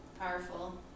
powerful